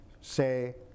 Say